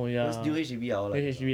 because new H_D_B are all like that ah